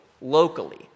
locally